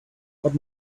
but